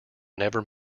never